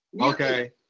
Okay